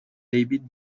david